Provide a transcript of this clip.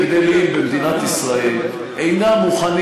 שבה ציבורים הולכים וגדלים במדינת ישראל אינם מוכנים